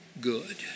good